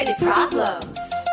problems